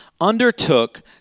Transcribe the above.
undertook